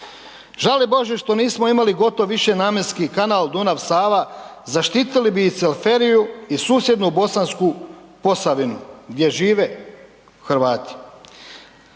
Žali Bože što nismo imali gotov višenamjenski kanal Dunav – Sava zaštitili bi i … /ne razumije se/ … i susjednu Bosansku Posavinu gdje žive Hrvati.